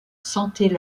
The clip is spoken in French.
sentaient